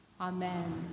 Amen